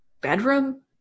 bedroom